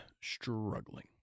struggling